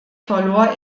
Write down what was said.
verlor